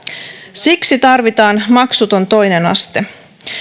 siksi tarvitaan maksuton toinen aste